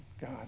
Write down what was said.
God